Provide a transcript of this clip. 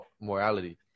morality